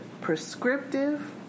prescriptive